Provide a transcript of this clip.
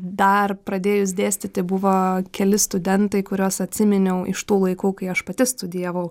dar pradėjus dėstyti buvo keli studentai kuriuos atsiminiau iš tų laikų kai aš pati studijavau